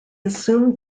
assumed